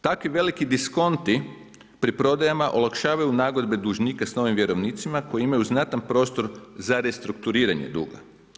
Takvi veliki diskonti pri prodajama olakšavaju nagode dužnika s novim vjerovnicima koji imaju znatan prostor za restrukturiranje duge.